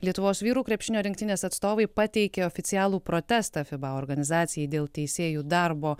lietuvos vyrų krepšinio rinktinės atstovai pateikė oficialų protestą fiba organizacijai dėl teisėjų darbo